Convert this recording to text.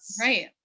Right